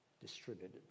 distributed